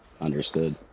understood